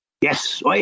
Yes